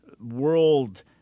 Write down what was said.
world